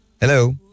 Hello